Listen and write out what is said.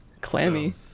Clammy